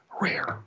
rare